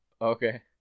Okay